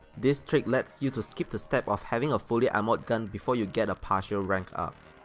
this trick lets you to skip the step of having a fully ammoed gun before you get a partial rank up.